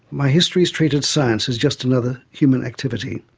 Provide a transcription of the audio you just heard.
my histories treated science as just another human activity,